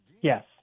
Yes